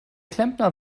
klempner